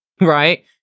right